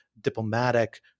diplomatic